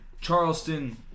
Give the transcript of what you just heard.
Charleston